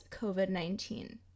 COVID-19